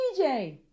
DJ